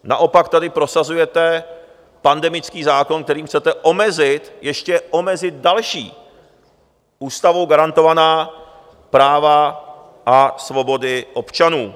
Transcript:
Naopak tady prosazujete pandemický zákon, kterým chcete omezit, ještě omezit, další ústavou garantovaná práva a svobody občanů.